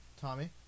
Tommy